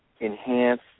enhance